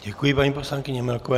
Děkuji paní poslankyni Melkové.